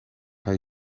hij